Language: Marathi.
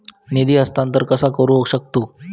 निधी हस्तांतर कसा करू शकतू?